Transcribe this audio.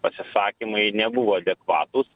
pasisakymai nebuvo adekvatūs